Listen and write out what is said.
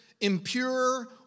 impure